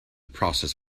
process